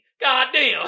Goddamn